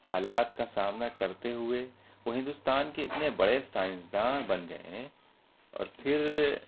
حالات کا سامنا کرتے ہوئے وہ ہندوستان کے اتنے بڑے سائنسداں بن گئے ہیں اور پھر